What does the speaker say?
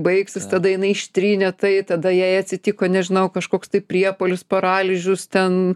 baigsis tada jinai ištrynė tai tada jai atsitiko nežinau kažkoks priepuolis paralyžius ten